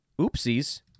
Oopsies